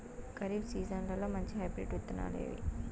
ఖరీఫ్ సీజన్లలో మంచి హైబ్రిడ్ విత్తనాలు ఏవి